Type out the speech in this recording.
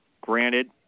granted